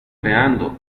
creando